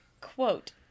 quote